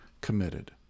committed